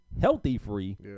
healthy-free